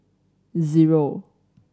zero